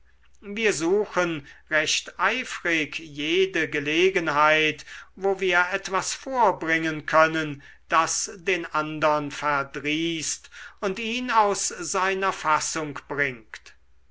wir suchen recht eifrig jede gelegenheit wo wir etwas vorbringen können das den andern verdrießt und ihn aus seiner fassung bringt